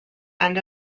end